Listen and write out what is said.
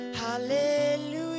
hallelujah